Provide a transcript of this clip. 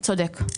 צודק,